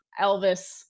Elvis